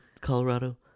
Colorado